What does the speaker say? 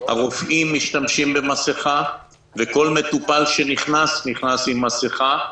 הרופאים משתמשים במסכה וכל מטופל נכנס עם מסכה.